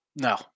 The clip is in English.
no